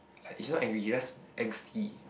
ah he's not angry he's just angsty